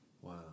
Wow